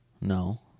No